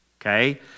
okay